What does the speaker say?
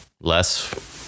less